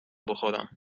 بخورم